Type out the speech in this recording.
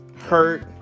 hurt